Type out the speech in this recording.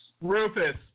Rufus